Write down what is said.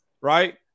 right